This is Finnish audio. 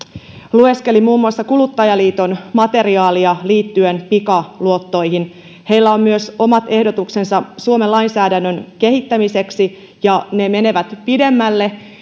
lueskelin muun muassa kuluttajaliiton materiaalia liittyen pikaluottoihin heillä on myös omat ehdotuksensa suomen lainsäädännön kehittämiseksi ja ne menevät pidemmälle